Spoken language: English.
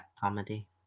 comedy